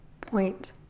point